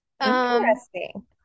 Interesting